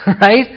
right